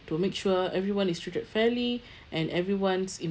to make sure everyone is treated fairly and everyone's